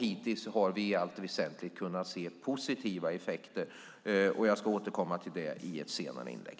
Hittills har vi i allt väsentligt kunnat se positiva effekter. Jag ska återkomma till det i ett senare inlägg.